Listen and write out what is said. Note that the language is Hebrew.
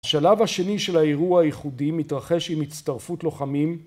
השלב השני של האירוע הייחודי מתרחש עם הצטרפות לוחמים